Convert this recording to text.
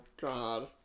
God